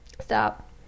Stop